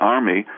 Army